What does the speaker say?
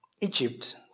Egypt